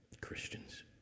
Christians